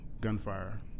gunfire